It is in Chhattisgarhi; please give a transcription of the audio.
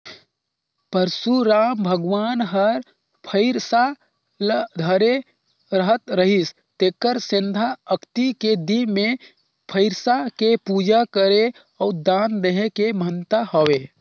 परसुराम भगवान हर फइरसा ल धरे रहत रिहिस तेखर सेंथा अक्ती के दिन मे फइरसा के पूजा करे अउ दान देहे के महत्ता हवे